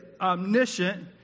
omniscient